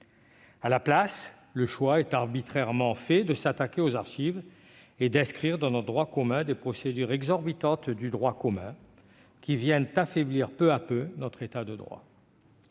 À la place, le choix est arbitrairement fait de s'attaquer aux archives et d'inscrire dans notre droit des procédures exorbitantes du droit commun, qui viennent affaiblir peu à peu notre État de droit.